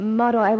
model